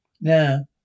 Now